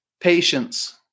Patience